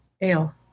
Ale